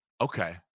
Okay